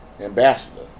Ambassador